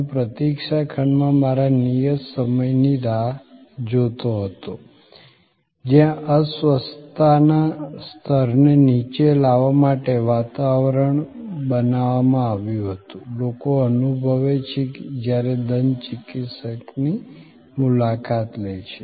હું પ્રતીક્ષા ખંડમાં મારા નિયત સમયની રાહ જોતો હતો જ્યાં અસ્વસ્થતાના સ્તરને નીચે લાવવા માટે વાતાવરણ બનાવવામાં આવ્યું હતું લોકો અનુભવે છે જયારે દંત ચિકિત્સકની મુલાકાત લે છે